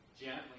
gently